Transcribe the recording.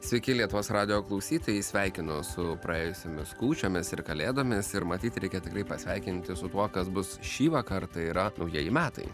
sveiki lietuvos radijo klausytojai sveikinu su praėjusiomis kūčiomis ir kalėdomis ir matyt reikia tikrai pasveikinti su tuo kas bus šįvakar tai yra naujieji metai